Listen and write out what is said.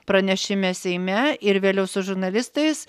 pranešime seime ir vėliau su žurnalistais